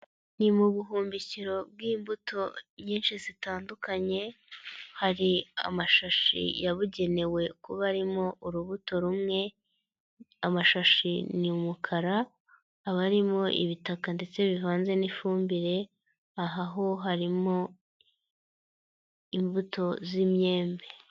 Ni mu buhumbikiro bw'imbuto nyinshi zitandukanye, hari amashashi yabugenewe kuba arimo urubuto rumwe, amashashi ni umukara, aba arimo ibitaka ndetse bivanze n'ifumbire, aha ho harimo imbuto z'imyembe.